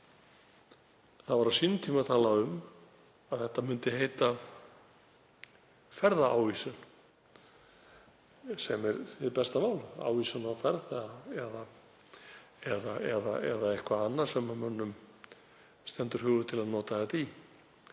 Á sínum tíma var talað um að þetta myndi heita ferðaávísun, sem er hið besta mál, ávísun á ferð eða eitthvað annað sem mönnum stendur hugur til að nota þetta í.